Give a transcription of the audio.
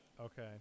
Okay